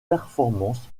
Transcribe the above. performances